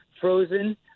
frozen